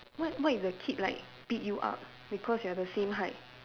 what what if the kid like beat you up because you are the same height